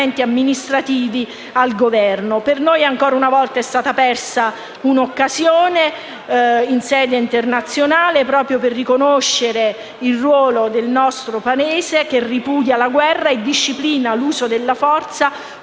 Per noi ancora un volta è stata persa un'occasione in sede internazionale proprio per riconoscere il ruolo del nostro Paese che ripudia la guerra e disciplina l'uso della forza